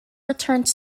returned